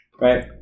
right